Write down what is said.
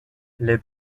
les